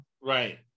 right